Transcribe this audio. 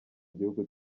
gihugu